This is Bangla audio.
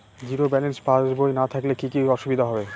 জিরো ব্যালেন্স পাসবই না থাকলে কি কী অসুবিধা হবে?